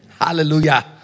Hallelujah